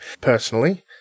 personally